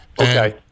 Okay